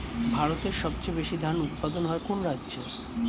ভারতের সবচেয়ে বেশী ধান উৎপাদন হয় কোন রাজ্যে?